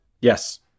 Yes